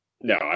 No